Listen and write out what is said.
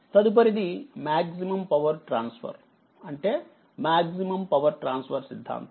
తరుపరిది maximum power transfer అంటే maximum power transfer సిద్దాంతం